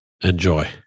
Enjoy